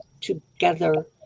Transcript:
together